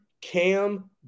Cam